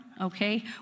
Okay